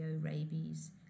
rabies